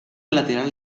lateral